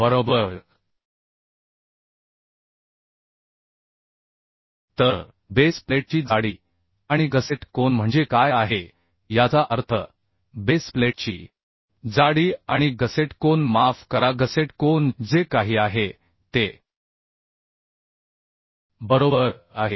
बरोबर तर बेस प्लेटची जाडी आणि गसेट कोन म्हणजे काय आहे याचा अर्थ बेस प्लेटची जाडी आणि गसेट कोन माफ करा गसेट कोन जे काही आहे ते बरोबर आहे